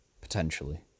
potentially